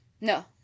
No